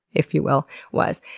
if you will, was.